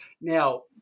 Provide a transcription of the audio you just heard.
now